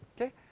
okay